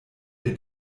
der